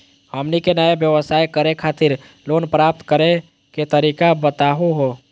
हमनी के नया व्यवसाय करै खातिर लोन प्राप्त करै के तरीका बताहु हो?